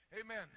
Amen